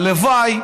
הלוואי